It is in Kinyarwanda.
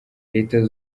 leta